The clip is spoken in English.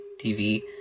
TV